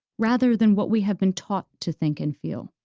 rather than what we have been taught to think and feel.